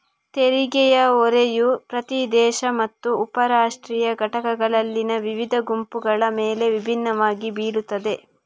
ತೆರಿಗೆ ಹೊರೆಯು ಪ್ರತಿ ದೇಶ ಮತ್ತು ಉಪ ರಾಷ್ಟ್ರೀಯ ಘಟಕಗಳಲ್ಲಿನ ವಿವಿಧ ಗುಂಪುಗಳ ಮೇಲೆ ವಿಭಿನ್ನವಾಗಿ ಬೀಳುತ್ತದೆ